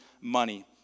money